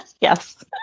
yes